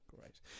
Great